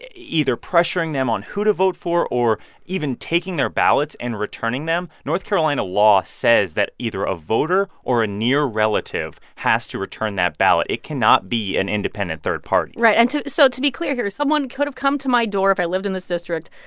either pressuring them on who to vote for or even taking their ballots and returning them north carolina law says that either a voter or a near relative has to return that ballot. it cannot be an independent third party right. and so to be clear here, someone could have come to my door if i lived in this district,